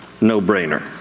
no-brainer